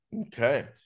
Okay